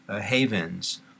havens